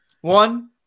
One